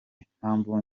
impamvu